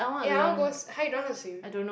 eh I want go !huh! you don't know how to swim